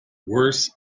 worse